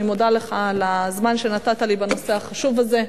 אני מודה לך על הזמן שנתת לי בנושא החשוב הזה.